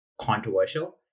controversial